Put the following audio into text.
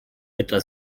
pyta